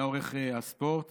היה עורך הספורט